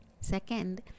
second